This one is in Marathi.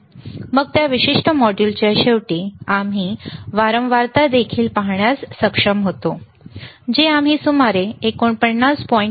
मग त्या विशिष्ट मॉड्यूलच्या शेवटी आम्ही वारंवारता देखील पाहण्यास सक्षम होतो जे आम्ही सुमारे 49